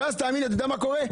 ואז אתה יודע מה קורה?